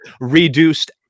reduced